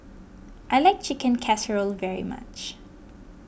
I like Chicken Casserole very much